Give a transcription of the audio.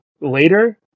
later